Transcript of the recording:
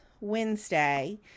Wednesday